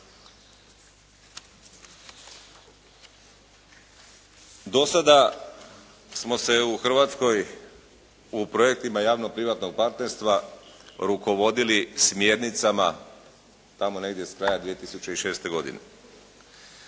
Do sada smo se u Hrvatskoj u projektima javno-privatnog partnerstva rukovodili smjernicama tamo negdje s kraja 2006. godine.